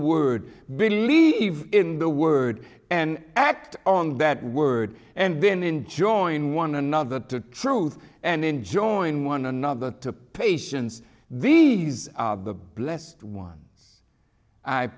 word believe in the word and act on that word and been enjoying one another the truth and then join one another to patients these the blessed one i